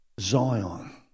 Zion